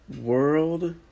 world